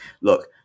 look